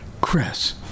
Chris